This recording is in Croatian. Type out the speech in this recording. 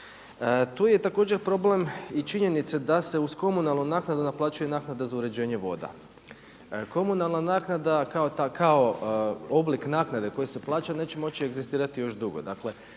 Tu je također problem i činjenice da se uz komunalnu naknadu naplaćuje naknada za uređenje voda. Komunalna naknada kao oblik naknade koji se plaća neće moći egzistirati još dugo.